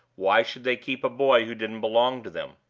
why should they keep a boy who didn't belong to them?